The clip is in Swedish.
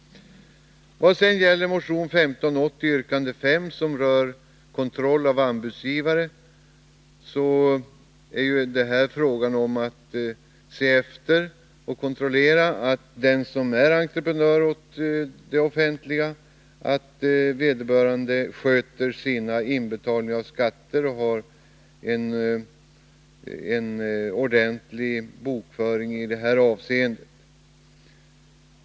Vad sedan gäller motion 1580 yrkande 5, som rör kontroll av anbudsgivare, är det här fråga om att kontrollera att den som är entreprenör åt det offentliga sköter sina inbetalningar av skatt och har en ordentlig bokföring i det avseendet.